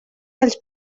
dels